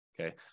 okay